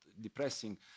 depressing